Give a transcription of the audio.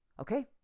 Okay